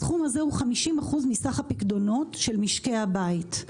הסכום הזה הוא 50% מסך הפיקדונות של משקי הבית.